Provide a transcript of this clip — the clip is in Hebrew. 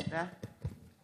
תודה.